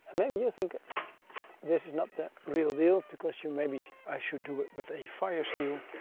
maybe you think this is not the real deal because you maybe i should do it with a fire steel.